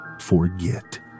forget